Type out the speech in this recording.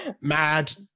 Mad